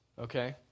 Okay